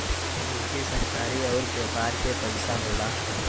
निजी सरकारी अउर व्यापार के पइसा होला